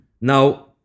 Now